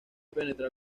penetrar